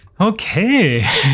okay